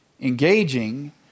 engaging